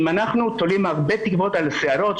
אם אנחנו תולים הרבה תקוות על שיערות,